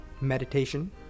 meditation